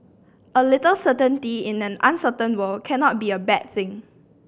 a little certainty in an uncertain world cannot be a bad thing